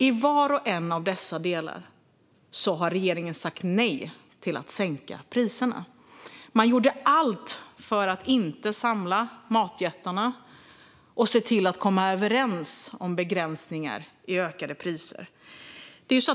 I var och en av dessa delar har regeringen sagt nej till att sänka priserna. Man gjorde allt för att inte samla matjättarna och se till att komma överens om begränsningar när det gäller ökade priser.